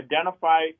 identify